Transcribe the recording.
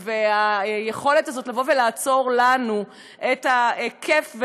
והיכולת הזאת לעצור לנו את הכיף,